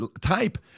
Type